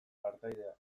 partaideak